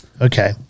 okay